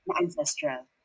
ancestral